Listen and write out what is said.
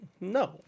No